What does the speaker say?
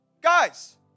Guys